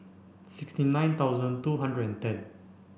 sixty nine thousand two hundred and ten